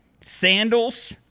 sandals